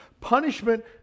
punishment